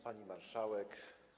Pani Marszałek!